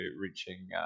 reaching